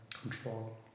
control